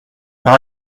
par